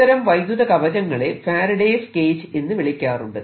ഇത്തരം വൈദ്യുത കവചങ്ങളെ 'ഫാരഡേസ് കേജ്' faradays cage എന്ന് വിളിക്കാറുണ്ട്